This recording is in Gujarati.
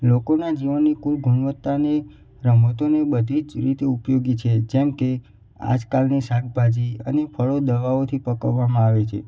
લોકોના જીવનની કુલ ગુણવત્તા ને રમતોને બધી રીતે ઉપયોગી છે જેમ કે આજકાલની શાકભાજી ફળો દવાઓથી પકવવામાં આવે છે